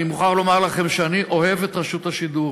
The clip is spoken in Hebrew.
אני מוכרח לומר לכם שאני אוהב את רשות השידור,